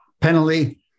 penalty